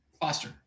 Foster